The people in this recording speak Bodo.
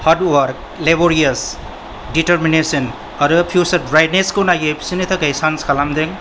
हार्ड वार्क लेबरियस डिटारमिनेशन आरो फ्यूचार ब्राइटनेसखौ नायो बिसोरनि थाखाय चांस खालामदों